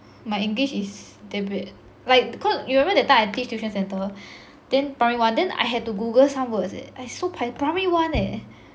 my english is damn bad like cause remember that time I teach tuition centre then primary one then I had to Google some words eh I so pai~ primary one leh